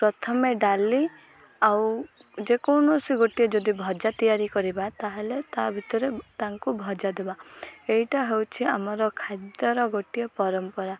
ପ୍ରଥମେ ଡାଲି ଆଉ ଯେକୌଣସି ଗୋଟିଏ ଯଦି ଭଜା ତିଆରି କରିବା ତା'ହେଲେ ତା ଭିତରେ ତାଙ୍କୁ ଭଜା ଦବା ଏଇଟା ହେଉଛି ଆମର ଖାଦ୍ୟର ଗୋଟିଏ ପରମ୍ପରା